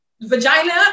vagina